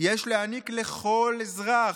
יש להעניק לכל אזרח,